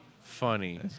funny